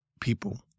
people